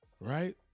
right